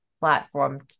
platform